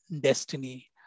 destiny